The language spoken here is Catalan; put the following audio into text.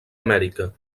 amèrica